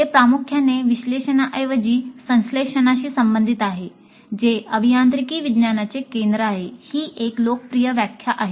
हे प्रामुख्याने विश्लेषणाऐवजी संश्लेषणाशी संबंधित आहे जे अभियांत्रिकी विज्ञानाचे केंद्र आहे ही एक लोकप्रिय व्याख्या आहे